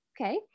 Okay